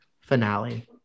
finale